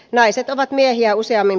naiset ovat miehiä useammin